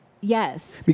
Yes